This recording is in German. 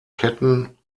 ketten